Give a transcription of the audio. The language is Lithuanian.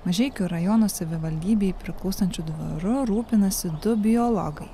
mažeikių rajono savivaldybei priklausančio dvaru rūpinasi du biologai